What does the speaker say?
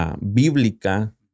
bíblica